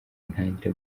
ntangira